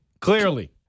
Clearly